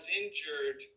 injured